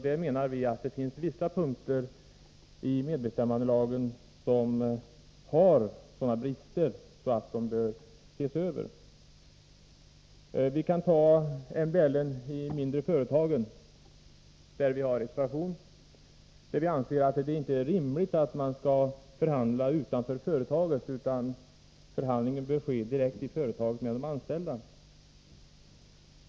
Vi menar att vissa punkter i medbestämmandelagen har sådana brister att de bör ses över. Låt mig nämna medbestämmandet i de mindre företag där det finns facklig representation. Vi anser inte att det är rimligt att förhandlingar skall ske utanför resp. företag, utan förhandlingarna bör ske direkt i företaget, med de anställda.